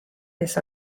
kes